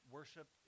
worship